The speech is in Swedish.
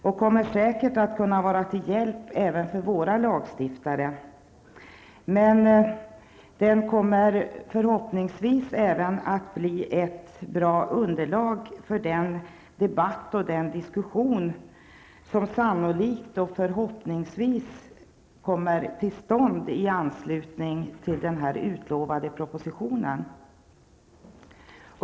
Den kommer säkert att kunna vara till hjälp även för våra lagstiftare, men den kommer förhoppningsvis även att bli ett bra underlag för den debatt och den diskussion som sannolikt och förhoppningsvis kommer till stånd i anslutning till den utlovade propositionen.